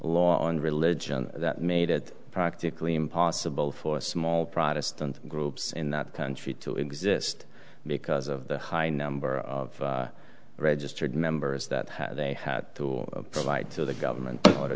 law on religion that made it practically impossible for small protestant groups in that country to exist because of the high number of registered members that had they had to provide to the government